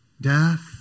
death